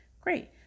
great